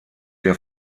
der